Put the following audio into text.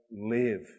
live